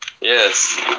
Yes